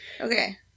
okay